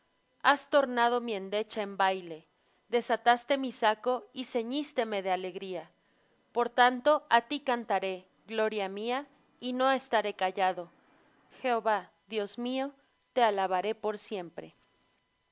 has tornado mi endecha en baile desataste mi saco y ceñísteme de alegría por tanto á ti cantaré gloria mía y no estaré callado jehová dios mío te alabaré para siempre